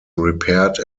repaired